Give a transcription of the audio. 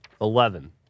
eleven